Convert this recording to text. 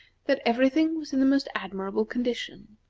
that every thing was in the most admirable condition.